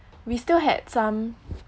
we still had some